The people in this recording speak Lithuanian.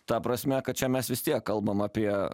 ta prasme kad čia mes vis tiek kalbam apie